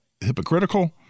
hypocritical